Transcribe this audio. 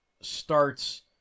starts